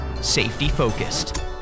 safety-focused